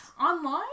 Online